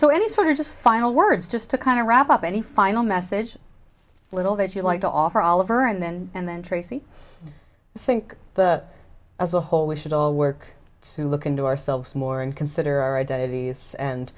so any sort of just final words just to kind of wrap up any final message little that you'd like to offer all of her and then and then tracy think the as a whole we should all work to look into ourselves more and consider our identities and